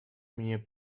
mnie